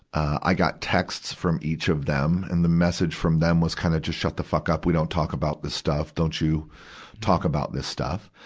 i got texts from each of them. and the message from them was kind of just shut the fuck up we don't talk about this stuff. don't you talk about this stuff.